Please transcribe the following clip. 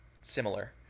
similar